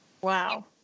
Wow